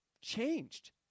changed